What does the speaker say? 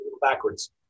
backwards